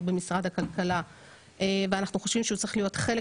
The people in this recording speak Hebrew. במשרד הכלכלה ואנחנו חושבים שהוא צריך להיות חלק